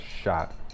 shot